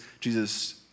Jesus